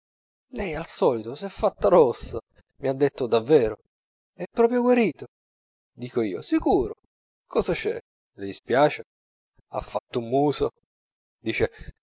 lei lei al solito s'è fatta rossa mi ha detto davvero è proprio guarito dico io sicuro cosa c'è le dispiace ha fatto un muso dice